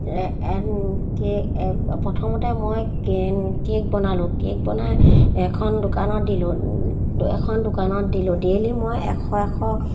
প্ৰথমতে মই কেক বনালোঁ কেক বনাই এখন দোকানত দিলোঁ এখন দোকানত দিলোঁ ডেইলি মই এশ এশ